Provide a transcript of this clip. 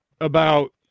about-